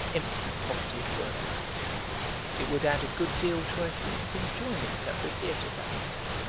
empty-pocketed workers it would add a good deal to her sense of enjoyment at the theatre that night.